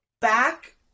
back